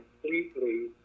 completely